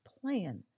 plan